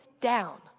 down